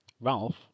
Ralph